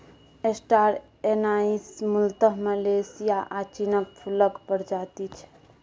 star anise मुलतः Malaysia आ चीनक फुलक प्रजाति छै